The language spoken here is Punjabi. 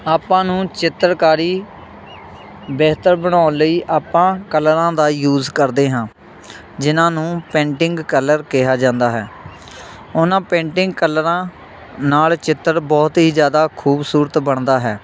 ਆਪਾਂ ਨੂੰ ਚਿੱਤਰਕਾਰੀ ਬਿਹਤਰ ਬਣਾਉਣ ਲਈ ਆਪਾਂ ਕਲਰਾਂ ਦਾ ਯੂਜ਼ ਕਰਦੇ ਹਾਂ ਜਿਨ੍ਹਾਂ ਨੂੰ ਪੇਂਟਿੰਗ ਕਲਰ ਕਿਹਾ ਜਾਂਦਾ ਹੈ ਉਹਨਾਂ ਪੇਂਟਿੰਗ ਕਲਰਾਂ ਨਾਲ ਚਿੱਤਰ ਬਹੁਤ ਹੀ ਜ਼ਿਆਦਾ ਖੂਬਸੂਰਤ ਬਣਦਾ ਹੈ